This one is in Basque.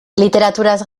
literaturaz